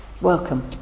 Welcome